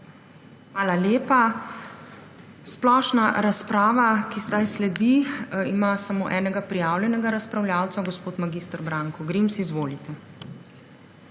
Hvala lepa. Splošna razprava, ki zdaj sledi, ima samo enega prijavljenega razpravljavca. Gospod mag. Branko Grims, izvolite.